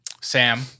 Sam